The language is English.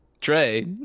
Trey